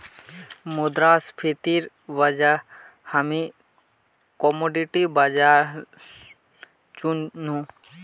मुद्रास्फीतिर वजह हामी कमोडिटी बाजारल चुन नु